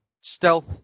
stealth